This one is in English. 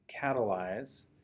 catalyze